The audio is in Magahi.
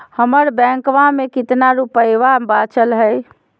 हमर बैंकवा में कितना रूपयवा बचल हई?